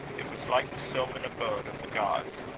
it was like the sylvan abode of the gods,